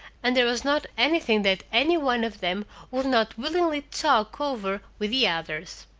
and there was not anything that any one of them would not willingly talk over with the others.